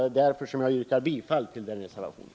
Det är därför som jag biträdde res bifall till denna.